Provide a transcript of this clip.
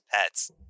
pets